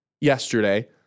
yesterday